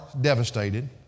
devastated